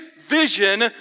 vision